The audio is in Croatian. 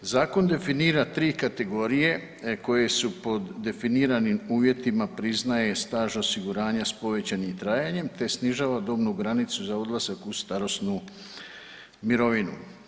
Zakon definira 3 kategorije koje su pod definiranim uvjetima priznaje staž osiguranja s povećanim trajanjem te snižava dobnu granicu za odlazak u starosnu mirovinu.